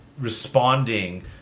responding